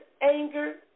anger